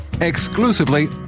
exclusively